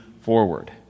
forward